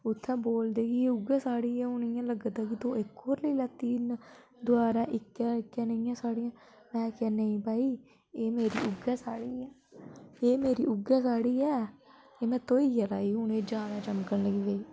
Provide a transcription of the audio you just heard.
उत्थें बोलदे कि एह् उ'यै साड़ी ऐ हून इयां लग्गा दी कि तो इक होर लेई लैती दबारै इक्कै इक्कै नेहियां साड़ियां में आखेआ नेईं भई एह् मेरी उ'यै साड़ी ऐ एह् मेरी उ'यै साड़ी ऐ एह् में धोइयै लाई हून ज्यादा चमकन लगी पेई